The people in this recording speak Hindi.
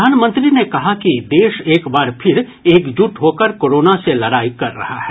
प्रधानमंत्री ने कहा कि देश एक बार फिर एकजुट होकर कोरोना से लडाई कर रहा है